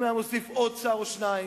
אם היה מוסיף עוד שר או שניים.